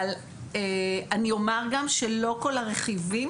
אבל אני אומר גם שלא כל הרכיבים,